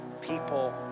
people